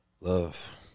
Love